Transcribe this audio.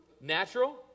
natural